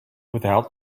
without